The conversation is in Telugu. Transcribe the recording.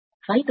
ను జోడించాలి